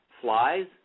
flies